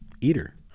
eater